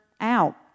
out